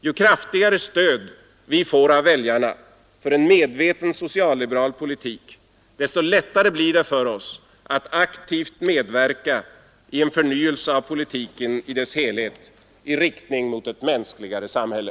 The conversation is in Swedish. Ju kraftigare stöd vi får av väljarna för en medveten socialliberal politik, desto lättare blir det för oss att aktivt medverka i en förnyelse av politiken i dess helhet och i riktning mot ett mänskligare samhälle.